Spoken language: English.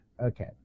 Okay